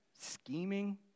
scheming